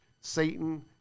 Satan